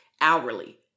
hourly